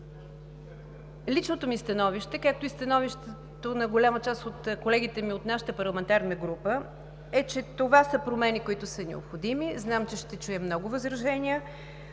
Личното ми становище, както и становището на голяма част от колегите ми от нашата парламентарна група, е, че това са промени, които са необходими. Знам, че ще чуя много възражения.